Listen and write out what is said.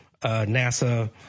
NASA